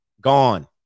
gone